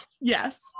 Yes